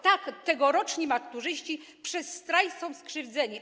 Tak, tegoroczni maturzyści przez strajk są skrzywdzeni.